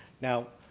now,